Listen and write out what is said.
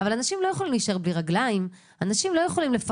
אבל, אנשים לא יכולים להישאר בלי רגליים.